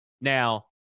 Now